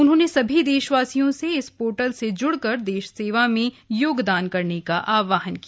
उन्होंने सभी देश वासियों से इस पोर्टल से जुड़कर देश सेवा में योगदान करने का आह्वान किया